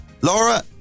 Laura